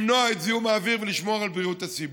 למנוע את זיהום האוויר ולשמור על בריאות הציבור.